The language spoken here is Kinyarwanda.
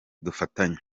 dufatanye